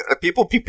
people